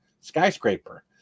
skyscraper